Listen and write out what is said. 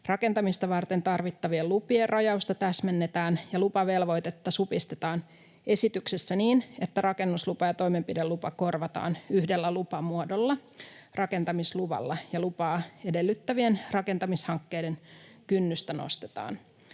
Rakentamista varten tarvittavien lupien rajausta täsmennetään ja lupavelvoitetta supistetaan esityksessä niin, että rakennuslupa ja toimenpidelupa korvataan yhdellä lupamuodolla, rakentamisluvalla, ja lupaa edellyttävien rakentamishankkeiden kynnystä nostetaan.